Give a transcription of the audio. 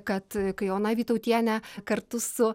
kad kai ona vytautienė kartu su